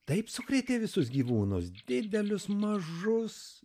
taip sukrėtė visus gyvūnus didelius mažus